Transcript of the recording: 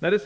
Jag